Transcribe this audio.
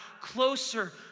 closer